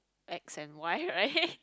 X and Y right